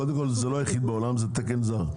קודם כול, זה לא יחיד בעולם, זה תקן זר.